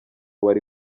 wari